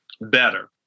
better